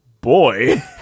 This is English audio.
boy